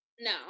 No